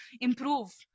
improve